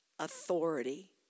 authority